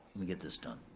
gonna get this done.